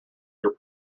your